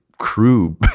crew